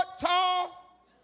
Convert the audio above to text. tall